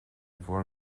bhur